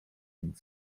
nic